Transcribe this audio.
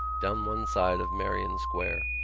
down one side of merrion square.